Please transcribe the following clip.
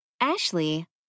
Ashley